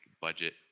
budget